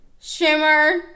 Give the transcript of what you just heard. Shimmer